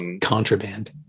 contraband